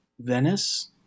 venice